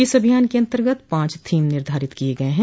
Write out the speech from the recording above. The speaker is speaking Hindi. इस अभियान के अन्तर्गत पांच थीम निर्धारित किये गये हैं